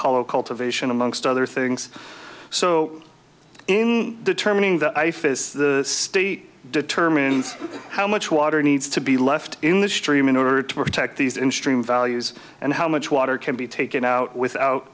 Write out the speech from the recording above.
color cultivation amongst other things so in determining that ifas the state determines how much water needs to be left in the stream in order to protect these in stream values and how much water can be taken out without